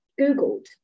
googled